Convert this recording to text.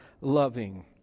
loving